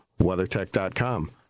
WeatherTech.com